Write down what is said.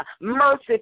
Mercy